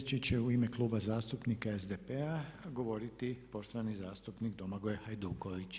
Sljedeći će u ime Kluba zastupnika SDP-a govoriti poštovani zastupnik Domagoj Hajduković.